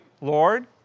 Lord